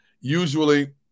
Usually